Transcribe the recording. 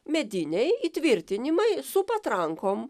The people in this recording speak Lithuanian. mediniai įtvirtinimai su patrankom